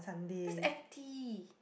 that's F_T